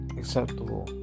acceptable